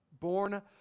born